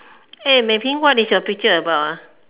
eh Mei-Ping is your picture about ah